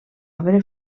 arbre